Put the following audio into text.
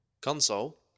Console